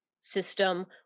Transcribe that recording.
system